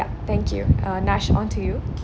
ya thank you uh nash on to you